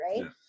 right